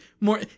more